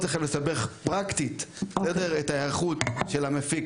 יש ספירה של המפעיל.